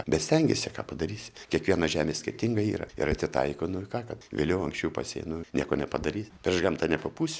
bet stengėsi ką padarysi kiekviena žemė skirtingai yra ir atitaiko nu ir ką kad vėliau anksčiau pasėja nu nieko nepadarysi prieš gamtą nepapūsi